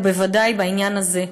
ובוודאי בעניין הזה.